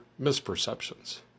misperceptions